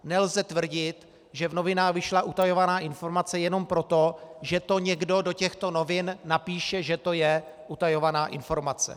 Nelze tvrdit, že v novinách vyšla utajovaná informace, jenom proto, že to někdo do těchto novin napíše, že to je utajovaná informace.